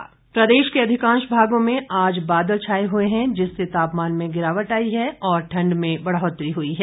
मौसम प्रदेश के अधिकांश भागों में आज बादल छाए हुए हैं जिससे तापमान में गिरावट आई है और ठंड में बढ़ौतरी हुई है